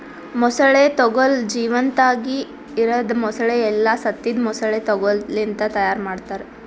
ಮೊಸಳೆ ತೊಗೋಲ್ ಜೀವಂತಾಗಿ ಇರದ್ ಮೊಸಳೆ ಇಲ್ಲಾ ಸತ್ತಿದ್ ಮೊಸಳೆ ತೊಗೋಲ್ ಲಿಂತ್ ತೈಯಾರ್ ಮಾಡ್ತಾರ